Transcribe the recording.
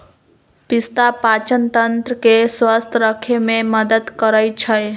पिस्ता पाचनतंत्र के स्वस्थ रखे में मदद करई छई